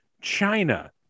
China